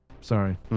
Sorry